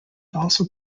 also